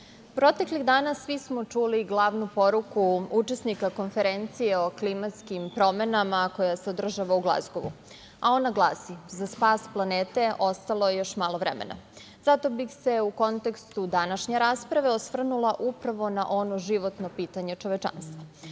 proteklih dana svi smo čuli glavnu poruku učesnika Konferencije o klimatskim promenama koja se održava u Glazgovu, a ona glasi: „Za spas planete ostalo je još malo vremena“.Zato bih se u kontekstu današnje rasprave osvrnula upravo na ono životno pitanje čovečanstva.